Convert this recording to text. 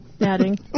Adding